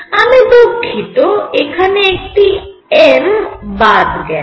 আমি দুঃখিত এখানে একটি m বাদ গেছে